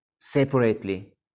separately